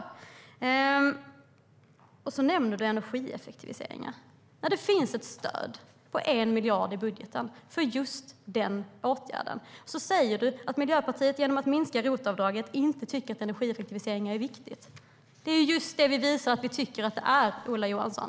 Och du, Ola Johansson, nämner energieffektiviseringar! När det finns ett stöd på 1 miljard i budgeten för just den åtgärden säger du att Miljöpartiet genom att minska ROT-avdraget inte tycker att energieffektivisering är viktigt. Det är just det vi visar att vi tycker att det är, Ola Johansson.